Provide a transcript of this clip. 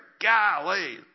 Golly